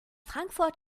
frankfurt